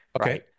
Okay